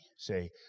Say